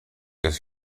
des